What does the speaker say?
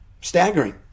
staggering